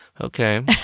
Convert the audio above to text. Okay